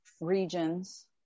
regions